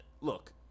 look